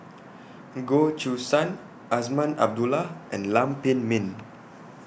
Goh Choo San Azman Abdullah and Lam Pin Min